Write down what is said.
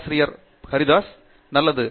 பேராசிரியர் பிரதாப் ஹரிதாஸ் நல்லது